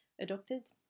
adopted